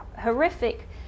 horrific